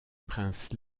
prince